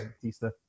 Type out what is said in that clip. Batista